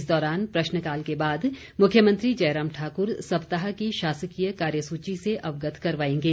इस दौरान प्रश्नकाल के बाद मुख्यमंत्री जयराम ठाकुर सप्ताह की शासकीय कार्यसूची से अवगत करवाएंगे